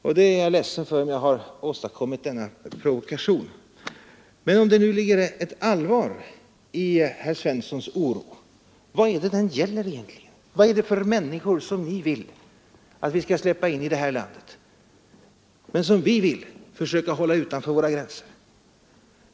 Jag är ledsen om jag därigenom har provocerat herr Svensson. Men om det nu ligger allvar bakom herr Svenssons oro — vad är det den oron egentligen gäller? Vad är det för människor som herr Svensson vill att vi skall släppa in i det här landet men som vi vill försöka hålla utanför landets gränser?